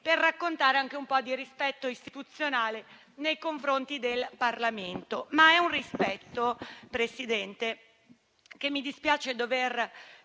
per raccontare anche un po' di rispetto istituzionale nei confronti del Parlamento. Si tratta però di un rispetto, Signor Presidente, che - mi dispiace doverlo